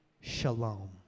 shalom